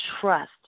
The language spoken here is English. trust